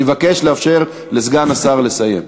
אני מבקש לאפשר לסגן השר לסיים.